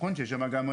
נכון שיש שם מסילה,